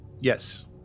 Yes